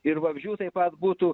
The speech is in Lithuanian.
ir vabzdžių taip pat būtų